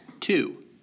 Two